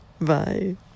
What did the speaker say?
Bye